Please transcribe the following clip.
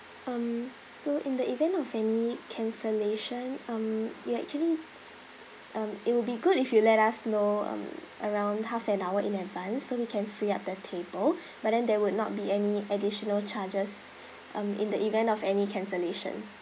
um so in the event of any cancellation um you actually um it will be good if you let us know um around half an hour in advance so we can free up the table but then there would not be any additional charges um in the event of any cancellation